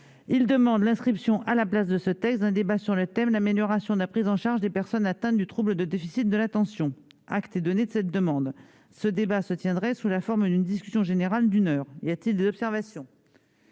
Il demande l'inscription à la place de ce texte d'un débat sur le thème :« L'amélioration de la prise en charge des personnes atteintes du trouble du déficit de l'attention. » Acte est donné de cette demande. Ce débat se tiendrait sous la forme d'une discussion générale d'une heure. Y a-t-il des observations ?